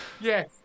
yes